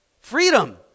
Freedom